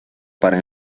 para